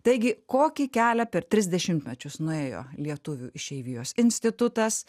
taigi kokį kelią per tris dešimtmečius nuėjo lietuvių išeivijos institutas